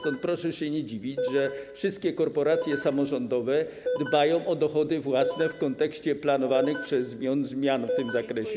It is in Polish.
Dlatego proszę się nie dziwić, że wszystkie korporacje samorządowe dbają o dochody własne w kontekście planowanych przez rząd zmian w tym zakresie.